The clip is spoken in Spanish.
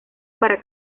para